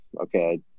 okay